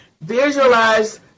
Visualize